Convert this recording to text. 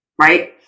Right